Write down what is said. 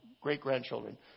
great-grandchildren